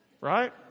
Right